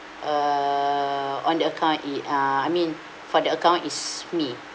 err on the account it uh I mean for the account is me